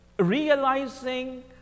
realizing